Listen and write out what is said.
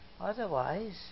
Otherwise